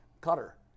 cutter